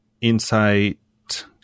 insight